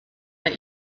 that